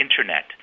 Internet